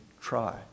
try